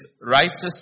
righteous